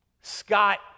Scott